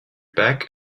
back